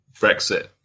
brexit